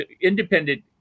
independent